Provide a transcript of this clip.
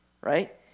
right